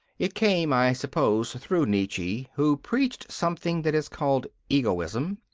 it came, i suppose, through nietzsche, who preached something that is called egoism.